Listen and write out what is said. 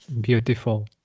Beautiful